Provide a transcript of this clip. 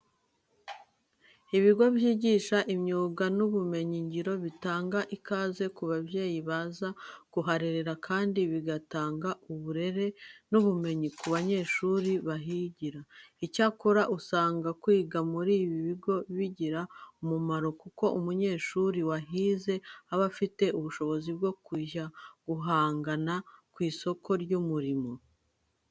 Ibigo byigisha imyuga n'ubumenyingiro bitanga ikaze ku babyeyi baza kuharerera kandi bigatanga uburere n'ubumenyi ku banyeshuri bahigira. Icyakora, usanga kwiga muri ibi bigo bigira umumaro kuko umunyeshuri wahize aba afite ubushobozi bwo kujya guhangana ku isoko ry'umurimo.